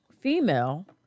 female